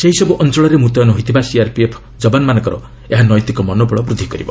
ସେହିସବ୍ଧ ଅଞ୍ଚଳରେ ମୁତୟନ ହୋଇଥିବା ସିଆର୍ପିଏଫ୍ ଯବାନମାନଙ୍କର ଏହା ନୈତିକ ମନୋବଳ ବୃଦ୍ଧି କରିବ